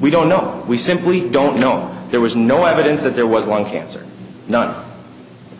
we don't know we simply don't know there was no evidence that there was one cancer or not we